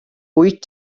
wyt